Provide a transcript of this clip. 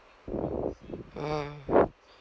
mm